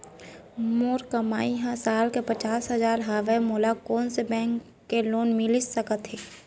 मोर कमाई ह साल के पचास हजार हवय त मोला कोन बैंक के लोन मिलिस सकथे?